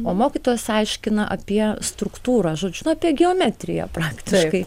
o mokytojas aiškina apie struktūrą žodžiu na apie geometriją praktiškai